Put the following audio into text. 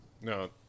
No